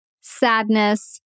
sadness